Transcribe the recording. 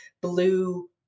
blue